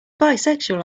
bisexual